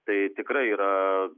tai tikrai yra